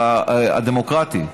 הדמוקרטי.